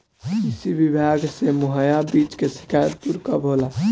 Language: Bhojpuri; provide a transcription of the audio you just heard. कृषि विभाग से मुहैया बीज के शिकायत दुर कब होला?